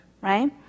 right